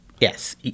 Yes